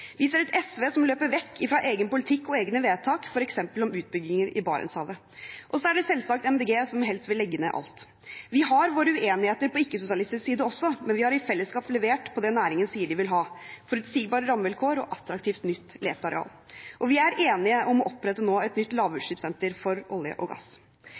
Vi ser et SV som løper vekk fra egen politikk og egne vedtak, f.eks. om utbygginger i Barentshavet. Og så er det selvsagt Miljøpartiet De Grønne, som helst vil legge ned alt. Vi har våre uenigheter på ikke-sosialistisk side også, men vi har i fellesskap levert på det næringen sier de vil ha: forutsigbare rammevilkår og et attraktivt nytt leteareal. Og vi er nå enige om å opprette et nytt lavutslippssenter for olje og gass.